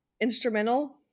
Instrumental